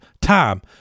time